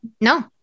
No